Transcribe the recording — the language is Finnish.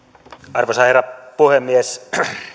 arvoisa herra puhemies